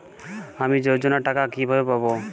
আমি যোজনার টাকা কিভাবে পাবো?